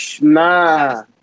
Nah